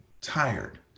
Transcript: tired